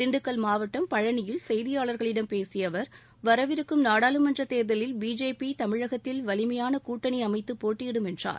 திண்டுக்கல் மாவட்டம் பழனியில் செய்தியாளர்களிடம் பேசிய அவர் வரவிருக்கும் நாடாளுமன்ற தேர்தலில் பிஜேபி தமிழகத்தில் வலிமையான கூட்டணி அமைத்து போட்டியிடும் என்றார்